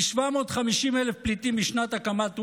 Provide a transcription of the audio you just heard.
ומ-750,000 פליטים משנת הקמת אונר"א,